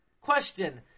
Question